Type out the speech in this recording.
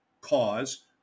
cause